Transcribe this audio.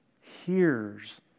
hears